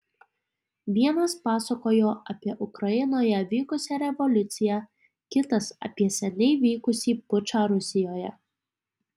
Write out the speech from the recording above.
vienas pasakojo apie ukrainoje vykusią revoliuciją kitas apie seniai vykusį pučą rusijoje